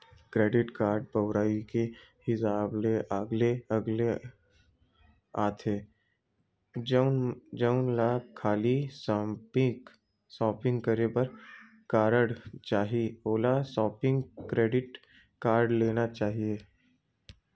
credit card बउरई के हिसाब ले अलगे अलगे आथे, जउन ल खाली सॉपिंग करे बर कारड चाही ओला सॉपिंग क्रेडिट कारड लेना चाही